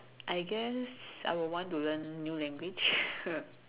I guess I will want to learn new language